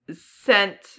sent